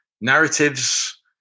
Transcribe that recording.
narratives